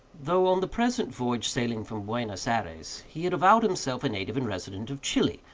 though on the present voyage sailing from buenos ayres, he had avowed himself a native and resident of chili,